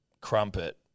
Crumpet